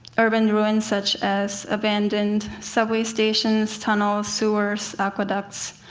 urban ruins such as abandoned subway stations, tunnels, sewers, aqueducts,